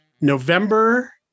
November